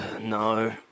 No